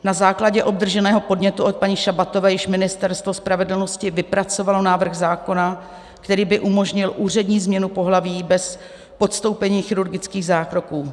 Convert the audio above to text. Na základě obdrženého podnětu od paní Šabatové již Ministerstvo spravedlnosti vypracovalo návrh zákona, který by umožnil úřední změnu pohlaví bez podstoupení chirurgických zákroků.